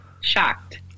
shocked